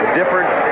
different